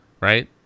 right